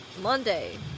Monday